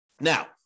Now